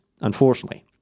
unfortunately